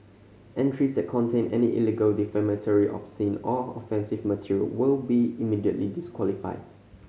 entries that contain any illegal defamatory obscene or offensive material will be immediately disqualified